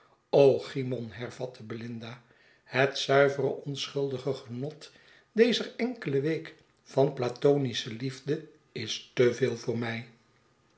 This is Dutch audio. cymon hervatte belinda het zuivere onschuldige genot dezer enkele week van platonische liefde is te veel voor mij